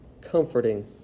comforting